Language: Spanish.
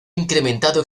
incrementado